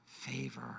favor